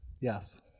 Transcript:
yes